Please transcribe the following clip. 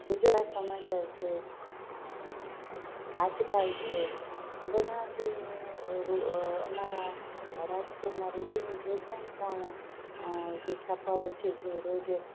ગુજરાત સમાચાર છે આજકાલ છે આ બધા જે અમારા રાજકોટના રૂટિન જે કંઈ પણ જે છાપાઓ છે જે રોજ